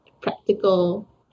practical